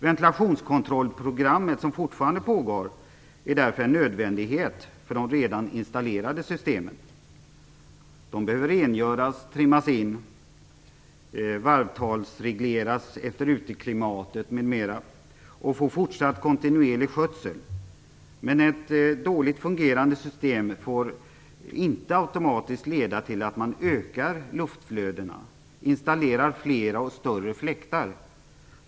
Ventilationskontrollprogrammet, som fortfarande pågår, är därför en nödvändighet för de redan installerade systemen. Systemen behöver rengöras, trimmas in, varvtalsregleras efter uteklimatet m.m. samt fortsatt kontinuerlig skötsel. Men ett dåligt fungerande system får inte automatiskt leda till att man ökar luftflödena genom att installera flera och större fläktar.